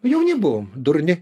jauni buvom durni